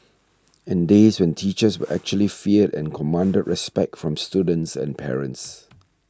and days when teachers were actually feared and commanded respect from students and parents